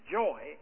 joy